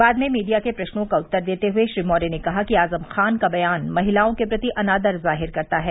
बाद में मीडिया के प्रश्नों का उत्तर देते हुए श्री मौर्य ने कहा कि आजम खान का बयान महिलाओं के प्रति अनादर जाहिर करता है